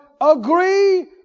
agree